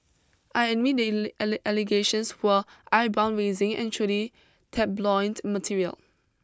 I admit the allegations were eyebrow raising and truly tabloid material